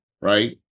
Right